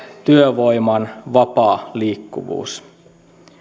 työvoiman vapaa liikkuvuus